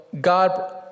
God